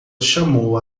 chamou